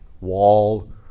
wall